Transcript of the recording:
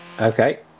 Okay